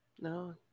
No